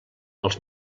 els